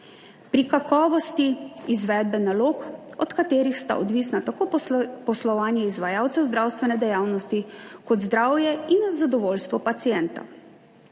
pri kakovosti izvedbe nalog, od katerih sta odvisna tako poslovanje izvajalcev zdravstvene dejavnosti kot zdravje in zadovoljstvo pacienta.